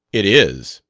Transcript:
it is,